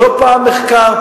לא פעם מחקר,